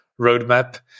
roadmap